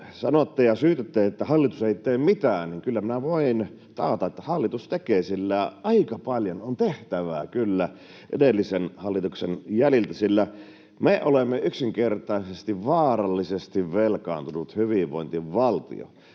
nyt sanotte ja syytätte, että hallitus ei tee mitään. Kyllä minä voin taata, että hallitus tekee, sillä aika paljon on tehtävää kyllä edellisen hallituksen jäljiltä, sillä me olemme yksinkertaisesti vaarallisesti velkaantunut hyvinvointivaltio.